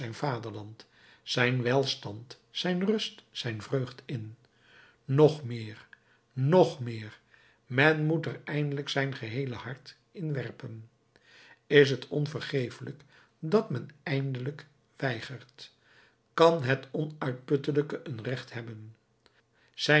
vaderland zijn welstand zijn rust zijn vreugd in nog meer nog meer men moet er eindelijk zijn geheele hart in werpen is het onvergeeflijk dat men eindelijk weigert kan het onuitputtelijke een recht hebben zijn